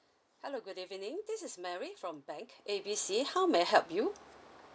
hello good evening this is mary from bank A B C how may I help you